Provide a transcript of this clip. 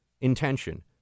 intention